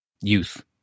youth